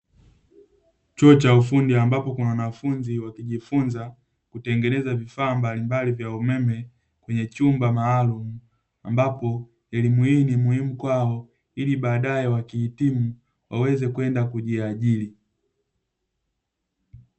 Chuo cha ufundi ambapo wanafunzi wakijifunza kutengeneza vifaa mbalimbali vya umeme kwenye chumba maalumu, ambapo elimu hii ni muhimu kwao ili baadaye wakihitimu waweze kwenda kujiajili.